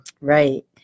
Right